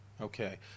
Okay